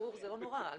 זה לא נורא להגיש ערעור.